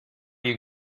you